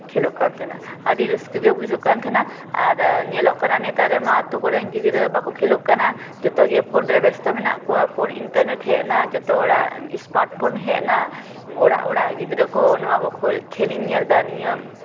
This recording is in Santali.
ᱠᱟᱱ ᱛᱟᱦᱮᱱᱟ ᱟᱹᱰᱤ ᱨᱟᱹᱥᱠᱟᱹ ᱜᱮ ᱵᱩᱡᱟᱹᱜ ᱠᱟᱱ ᱛᱟᱦᱮᱱᱟ ᱟᱨ ᱧᱮᱞᱚᱜ ᱠᱟᱱᱟ ᱱᱮᱛᱟᱨ ᱨᱮᱢᱟ ᱟᱛᱳ ᱠᱚᱨᱮᱱ ᱜᱤᱫᱽᱨᱟᱹ ᱵᱟᱠᱚ ᱠᱛᱷᱮᱹᱞᱳᱜ ᱠᱟᱱᱟ ᱡᱚᱛᱚ ᱜᱮ ᱯᱷᱳᱱ ᱨᱮ ᱵᱮᱥᱛᱚ ᱢᱮᱱᱟᱜ ᱠᱚᱣᱟ ᱤᱱᱴᱟᱨᱱᱮᱴ ᱦᱮᱡᱱᱟ ᱡᱚᱛᱚ ᱦᱚᱲᱟᱜ ᱮᱥᱢᱟᱴ ᱯᱷᱳᱱ ᱦᱮᱡᱼᱱᱟ ᱚᱲᱟᱜᱼᱚᱲᱟᱜ ᱜᱤᱫᱽᱨᱟᱹ ᱠᱚᱦᱚᱸ ᱱᱚᱣᱟ ᱠᱚ ᱠᱷᱮᱹᱞᱤᱧ ᱧᱮᱞᱼᱫᱟ ᱱᱤᱭᱟᱹ